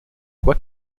quoi